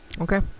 Okay